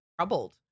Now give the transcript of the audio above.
troubled